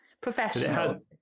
professional